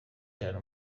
cyane